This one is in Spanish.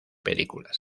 películas